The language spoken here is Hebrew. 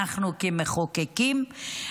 אנחנו כמחוקקים,